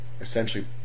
essentially